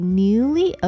newly